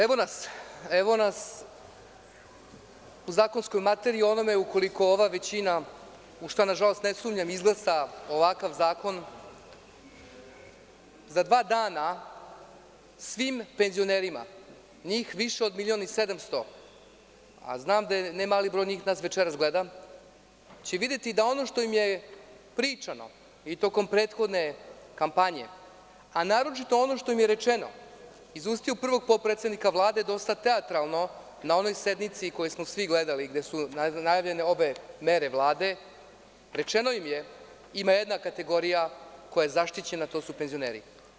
Evo nas u zakonskoj materiji, u onome, ukoliko ova većina, u šta ne sumnjam, izglasa ovakav zakon, za dva dana svim penzionerima, njih više od milion i 700 hiljada, a znam da ne mali broj njih večeras gleda, će videti da ono što im je pričano i tokom prethodne kampanje, a naročito ono što im je rečeno, iz usta prvog potpredsednika Vlade, dosta teatralno, na onoj sednici, koju smo svi gledali, gde su najavljene obe mere Vlade, jeste da ima jedna kategorija koja je zaštićena, a to su penzioneri.